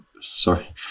sorry